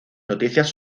noticias